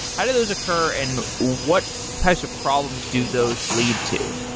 how do those occur and what types of problems do those lead to?